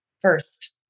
first